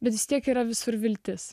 bet vis tiek yra visur viltis